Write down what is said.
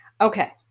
Okay